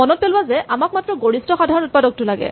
মনত পেলোৱা যে আমাক মাত্ৰ গৰিষ্ঠ সাধাৰণ উৎপাদকটো লাগে